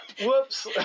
whoops